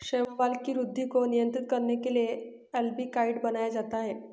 शैवाल की वृद्धि को नियंत्रित करने के लिए अल्बिकाइड बनाया जाता है